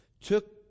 took